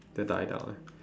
they'll die down